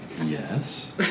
yes